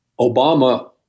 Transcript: Obama